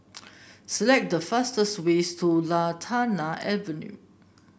select the fastest ways to Lantana Avenue